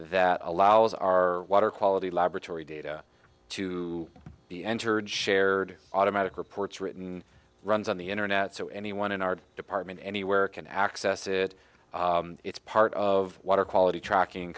that allows our water quality laboratory data to be entered shared automatic reports written runs on the internet so anyone in our department anywhere can access it it's part of water quality tracking